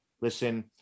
Listen